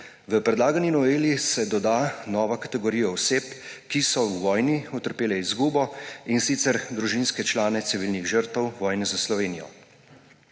V predlagani noveli se doda nova kategorija oseb, ki so v vojni utrpele izgubo, in sicer družinske člane civilnih žrtev vojne za Slovenijo.